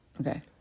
Okay